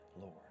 Lord